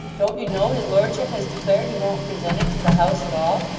don't you know his lordship has declared he won't present it to the house at all,